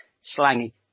slangy